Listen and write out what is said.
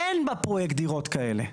אין בפרויקט דירות כאלה.